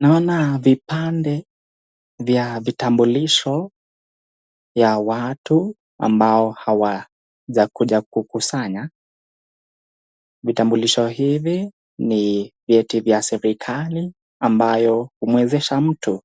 Naona vipande vya vitambulisho ya watu ambao hawajakuja kukusanya vitambulisho hivi ni vyeti vya serikali ambayo humwezesha mtu